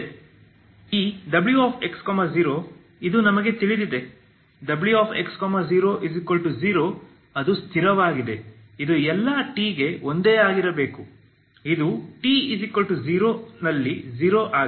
ಈ wx0 ಇದು ನಮಗೆ ತಿಳಿದಿದೆ wx00 ಅದು ಸ್ಥಿರವಾಗಿದೆ ಇದು ಎಲ್ಲಾ t ಗೆ ಒಂದೇ ಆಗಿರಬೇಕು ಇದು t0 ನಲ್ಲಿ 0 ಆಗಿದೆ